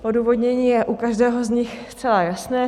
Odůvodnění je u každého z nich zcela jasné.